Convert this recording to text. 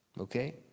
okay